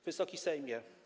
Wysoki Sejmie!